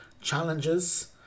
challenges